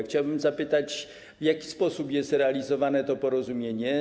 Chciałbym zapytać, w jaki sposób jest realizowane to porozumienie.